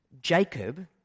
Jacob